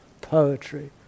poetry